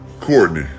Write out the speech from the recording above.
Courtney